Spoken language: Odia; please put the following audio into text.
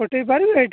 ଗୋଟେଇ ପାରିବେ ଏଇଠି